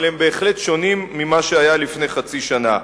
אבל הם בהחלט שונים ממה שהיה לפני חצי שנה.